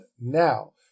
Now